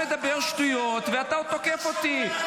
--- הזה לא פה, ואתה עוזר לו.